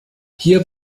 hier